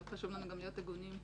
אבל חשוב לנו גם להיות הגונים.